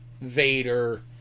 Vader